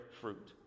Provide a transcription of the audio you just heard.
fruit